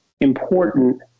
important